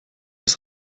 ist